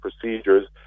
procedures